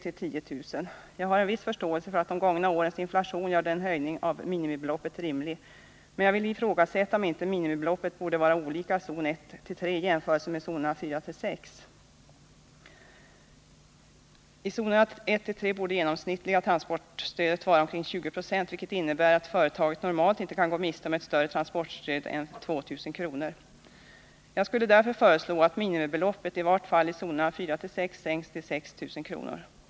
till 10 000 kr. Jag har en viss förståelse för att de gångna årens inflation gör en höjning av minimibeloppet rimlig. Men jag vill ifrågasätta om inte minimibeloppet borde vara olika i zon 1-3 i jämförelse med minimibeloppet i zonerna 4-6. I zonerna 1-3 torde det genomsnittliga transportstödet vara omkring 20 96, vilket innebär att företaget normalt inte kan gå miste om ett större transportstöd än 2 000 kr. Jag skulle därför vilja föreslå att minimibeloppet, i varje fall i zonerna 4-6, sänks till 6 000 kr.